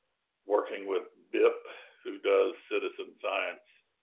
working with bip who does citizen science,